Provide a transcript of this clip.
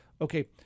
okay